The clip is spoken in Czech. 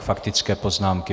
Faktické poznámky.